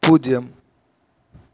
பூஜ்யம்